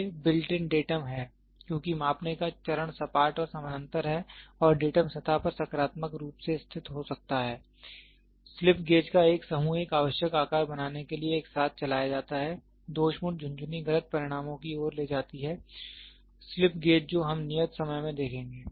way built in datum हैं क्योंकि मापने का चरण सपाट और समानांतर है और डेटम सतह पर सकारात्मक रूप से स्थित हो सकता है स्लिप गेज का एक समूह एक आवश्यक आकार बनाने के लिए एक साथ चलाया जाता है दोषपूर्ण झुनझुनी गलत परिणामों की ओर ले जाती है स्लिप गेज जो हम नियत समय में देखेंगे